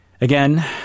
Again